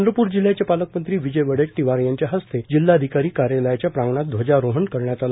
चंद्रपूर जिल्ह्याचे पालकमंत्री विजय वड़डेटीवार यांच्या हस्ते जिल्हाधिकारी कार्यालयाच्या प्रांगणात ध्वजारोहण करण्यात आलं